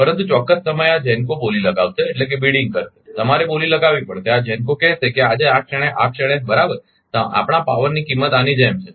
પરંતુ ચોક્કસ સમયે આ GENCO બોલી લગાવશે તમારે બોલી લગાવવી પડશે આ GENCO કહેશે કે આજે આ ક્ષણે આ ક્ષણે બરાબર આપણા પાવરની કિંમત આની જેમ છે